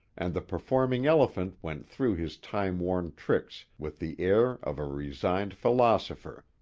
and the performing elephant went through his time-worn tricks with the air of a resigned philosopher,